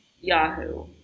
Yahoo